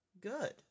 good